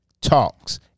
talks